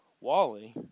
Wally